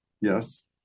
Yes